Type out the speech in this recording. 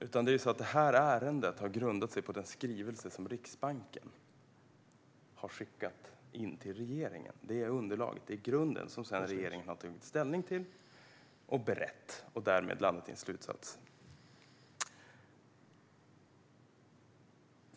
utan det är så att ärendet har grundat sig på den skrivelse som Riksbanken har skickat in till regeringen. Det är det underlag och den grund som regeringen sedan har tagit ställning till, berett och landat i en slutsats om.